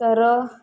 तर